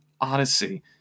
Odyssey